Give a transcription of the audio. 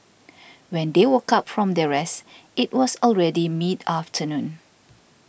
when they woke up from their rest it was already mid afternoon